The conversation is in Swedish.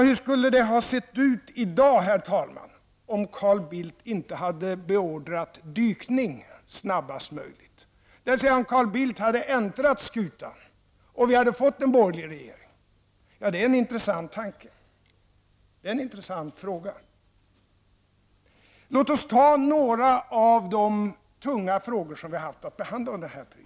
Hur skulle det ha sett ut i dag, herr talman, om Carl Bildt inte hade beordrat dykning snabbast möjligt, dvs. om Carl Bildt hade äntrat skutan och vi hade fått en borgerlig regering? Ja, det är en intressant tanke. Låt oss ta några av de tunga frågor som vi har haft att behandla under den här perioden.